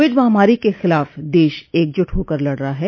Covid महामारी के खिलाफ़ देश एकजुट होकर लड़ रहा है